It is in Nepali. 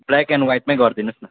ब्ल्याक एन्ड वाइटमै गरिदिनुहोस् न